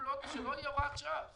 שלא יהיה בהוראת שעה.